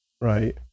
right